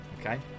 Okay